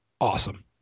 Awesome